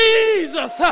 Jesus